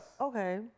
Okay